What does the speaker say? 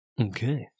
Okay